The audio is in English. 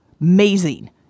amazing